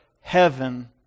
heaven